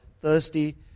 thirsty